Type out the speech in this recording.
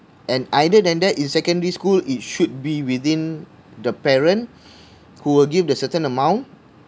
and either than that in secondary school it should be within the parent who will give the certain amount